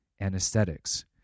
anesthetics